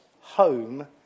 home